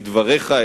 בדבריך,